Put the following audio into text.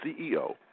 CEO